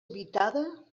habitada